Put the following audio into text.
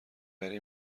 وری